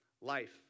life